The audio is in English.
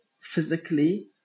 physically